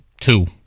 Two